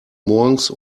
morgens